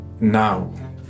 now